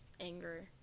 anger